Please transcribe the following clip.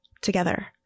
together